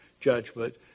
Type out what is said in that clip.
judgment